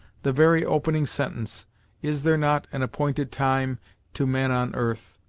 the very opening sentence is there not an appointed time to man on earth?